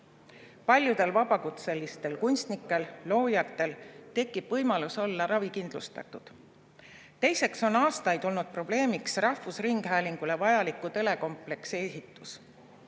Paljudel vabakutselistel kunstnikel, loojatel tekib võimalus olla ravikindlustatud. Teiseks on aastaid olnud probleemiks rahvusringhäälingule vajaliku telekompleksi ehitus.